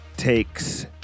takes